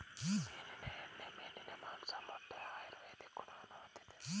ಮೀನಿನ ಎಣ್ಣೆ, ಮೀನಿನ ಮಾಂಸ, ಮೊಟ್ಟೆ ಆಯುರ್ವೇದಿಕ್ ಗುಣವನ್ನು ಹೊಂದಿದೆ